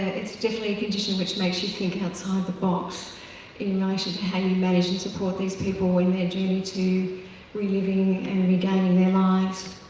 it's definitely a condition which makes you thinking outside the box in relation to how you manage to support these people in their journey to re-living and regaining their lives.